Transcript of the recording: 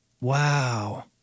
Wow